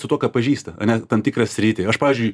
su tuo ką pažįsta ane tam tikrą sritį aš pavyzdžiui